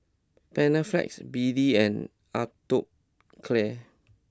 Panaflex B D and Atopiclair